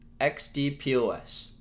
XDPOS